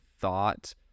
thought